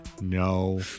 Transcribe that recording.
No